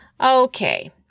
Okay